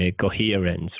coherence